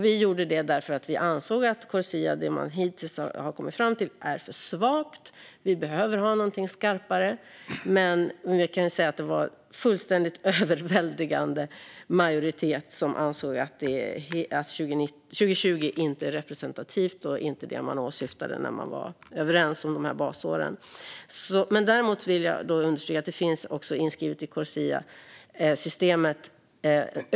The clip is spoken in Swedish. Vi gjorde det därför att vi ansåg att det man hittills kommit fram till i Corsia är för svagt. Vi behöver ha någonting skarpare. Jag kan dock säga att det var en fullständigt överväldigande majoritet som ansåg att 2020 inte var representativt och inte var det man åsyftade när man kom överens om dessa basår. Däremot, vill jag understryka, finns det översyner inskrivna i Corsiasystemet.